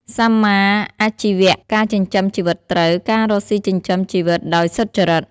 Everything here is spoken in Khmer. សម្មាអាជីវៈ ការចិញ្ចឹមជីវិតត្រូវ ការរកស៊ីចិញ្ចឹមជីវិតដោយសុចរិត។